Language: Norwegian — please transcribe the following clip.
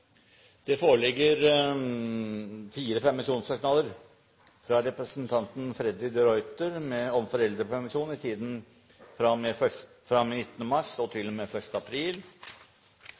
Det foreligger fire permisjonssøknader: fra representanten Freddy de Ruiter om foreldrepermisjon i tiden fra og med 19. mars til og med 1. april